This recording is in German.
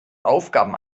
aufgaben